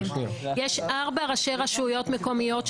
יש ארבעה ראשי רשויות מקומיות,